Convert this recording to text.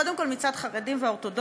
קודם כול, מצד חרדים ואורתודוקסים.